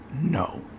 no